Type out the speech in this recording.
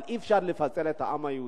אי-אפשר לפצל את העם היהודי.